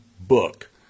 book